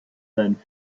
seinen